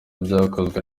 byakozwe